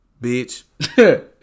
Bitch